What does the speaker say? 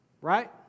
Right